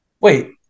Wait